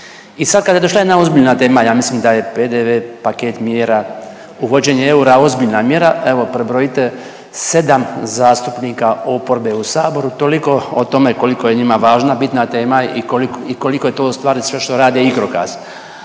i sad kad je došla jedna ozbiljna tema ja smislim da je PDV, paket mjera, uvođenje eura, ozbiljna mjera, evo prebrojite 7 zastupnika oporbe u saboru, toliko o tome koliko je njima važna bitna tema i koliko je to u stvari sve što rade igrokaz.